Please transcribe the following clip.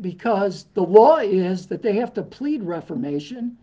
because the law is that they have to plead reformation